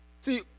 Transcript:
see